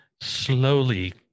slowly